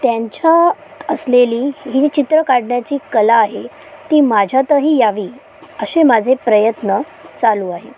त्यांच्यात असलेली ही चित्र काढण्याची कला आहे ती माझ्यातही यावी असे माझे प्रयत्न चालू आहेत